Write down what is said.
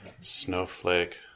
snowflake